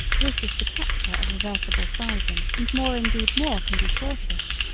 this is the capture of reversible sizing and more indeed more can be cautious.